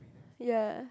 ya